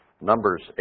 Numbers